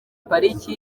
pariki